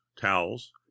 towels